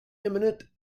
imminent